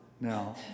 now